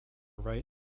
write